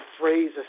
phrase